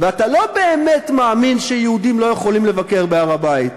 ואתה לא באמת מאמין שיהודים לא יכולים לבקר בהר-הבית.